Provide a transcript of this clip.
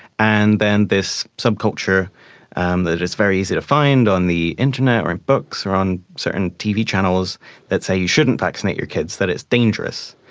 and then this subculture um that it's very easy to find on the internet or and books or on certain tv channels that say you shouldn't vaccinate your kids, that it's dangerous.